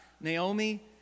Naomi